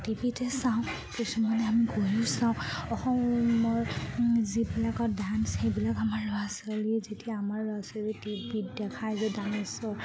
T ভিতে চাওঁ কিছুমানে আমি গৈয়ো চাওঁ অসমৰ যিবিলাকত ডান্স সেইবিলাক আমাৰ ল'ৰা ছোৱালীয়ে যেতিয়া আমাৰ ল'ৰা ছোৱালীয়ে টি ভিত দেখায় যে ডান্সৰ